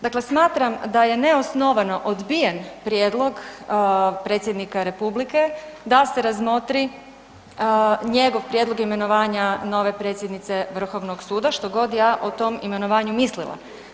Dakle smatram da je neosnovano odbijen prijedlog Predsjednika Republike da se razmotri njegov prijedlog imenovanja nove predsjednice Vrhovnog suda, što god ja o tom imenovanju mislila.